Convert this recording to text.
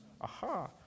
Aha